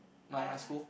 my my school